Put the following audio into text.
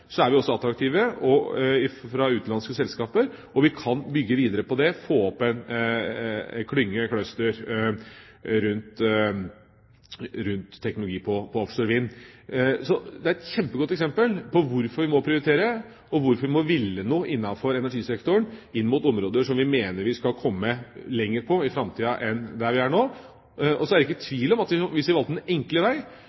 Så ser vi da gjennom det vi nå har fått til med GE, at ved å ha teknologimiljøer på det området er vi også attraktive for utenlandske selskaper. Vi kan bygge videre på det, få opp en klynge/cluster rundt teknologi på offshorevind. Det er et kjempegodt eksempel på hvorfor vi må prioritere, og hvorfor vi må ville noe innenfor energisektoren inn mot områder som vi mener vi skal komme lenger på i framtida enn der vi er nå. Jeg er ikke